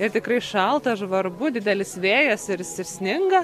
ir tikrai šalta žvarbu didelis vėjas ir jis ir sninga